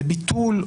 ביטול,